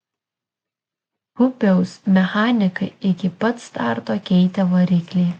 pupiaus mechanikai iki pat starto keitė variklį